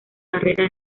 carrera